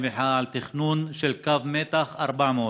במחאה על תכנון של קו מתח 400,